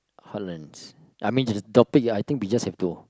heartlands I mean it the topic ya I think we just have to